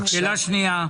שאלה שנייה.